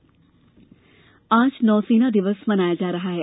नौसेना दिवस आज नौसेना दिवस मनाया जा रहा है